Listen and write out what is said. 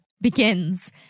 begins